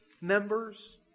members